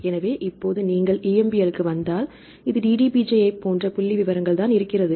எனவே இப்போது நீங்கள் EMBL க்கு வந்தால் இது DDBJ ஐப் போன்ற புள்ளிவிவரங்கள் தான் இருக்கிறது